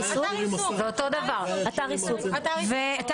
אתר גידול או ------ אנחנו נצטרך טיפה לשנות